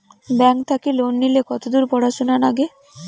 Bank থাকি loan নিলে কতদূর পড়াশুনা নাগে?